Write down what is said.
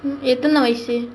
mm எத்தனை வயசு:ethanai vayasu